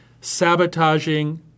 sabotaging